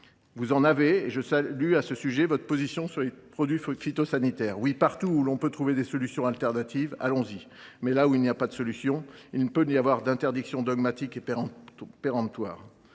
vous en avez et je salue à ce sujet votre position sur les produits phytosanitaires : oui, partout où nous pouvons trouver des solutions de substitution, allons y ! Mais quand il n’y a pas de solution, il ne peut pas y avoir d’interdiction dogmatique et péremptoire.